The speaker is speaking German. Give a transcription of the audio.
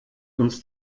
uns